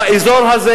באזור הזה.